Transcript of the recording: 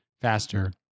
faster